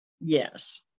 Yes